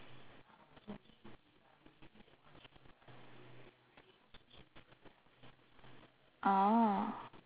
oh